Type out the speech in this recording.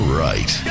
right